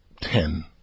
ten